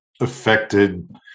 affected